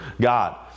God